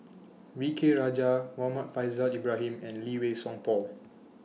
V K Rajah Muhammad Faishal Ibrahim and Lee Wei Song Paul